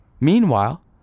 Meanwhile